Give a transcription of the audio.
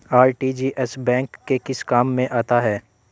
RTGS bank के किस काम में आता है?